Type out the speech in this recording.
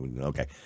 Okay